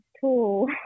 tool